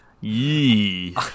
yee